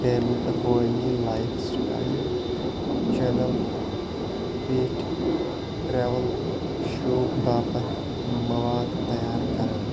بین الاقوٲمی lifestyle channel پٮ۪ٹھ ٹرٛیوٕل شو باپتھ مواد تیار کران